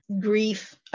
Grief